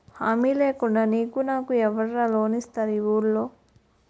హామీ లేకుండా నీకు నాకు ఎవడురా లోన్ ఇస్తారు ఈ వూళ్ళో?